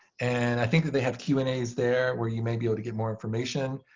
and i think that they have q and as there where you may be able to get more information.